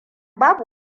babu